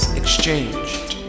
exchanged